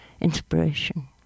inspiration